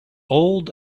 old